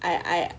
I I